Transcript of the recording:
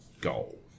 goal